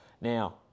Now